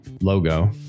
logo